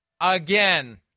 again